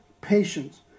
patience